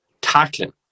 Tackling